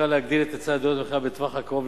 במטרה להגדיל את היצע הדירות למכירה בטווח הקרוב,